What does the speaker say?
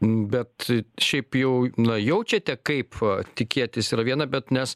bet šiaip jau na jaučiate kaip tikėtis yra viena bet nes